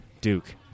Duke